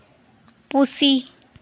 ᱯᱩᱥᱤ